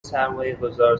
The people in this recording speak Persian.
سرمایهگذار